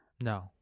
No